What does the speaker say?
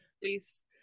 please